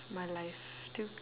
my life too